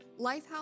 LifeHouse